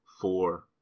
four